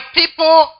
people